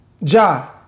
Ja